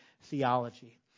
theology